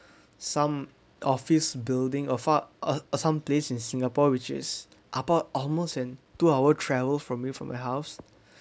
some office building a far uh uh some place in singapore which is about almost and two hour travel away from my house